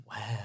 Wow